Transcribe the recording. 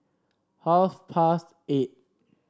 half past eight